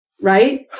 right